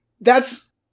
that's-